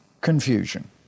confusion